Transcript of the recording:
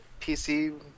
PC